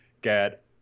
get